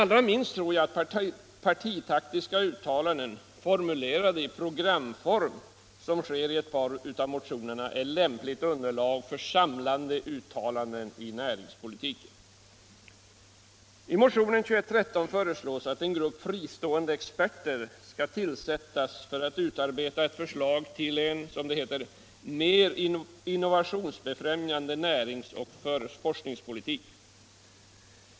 Allra minst tror jag dock partitaktiska uttalanden i programform, som vi får i ett par av motionerna, är lämpligt underlag för samlande uttalanden i näringspolitiken. I motionen 2113 föreslås att en grupp fristående experter skall tillsättas för att utarbeta ett förslag till en mer innovationsbefrämjande näringsoch forskningspolitik.